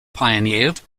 pioneered